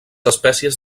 espècies